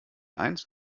eins